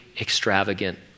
extravagant